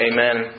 Amen